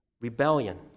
rebellion